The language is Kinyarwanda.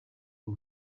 ubu